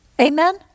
Amen